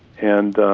and